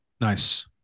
Nice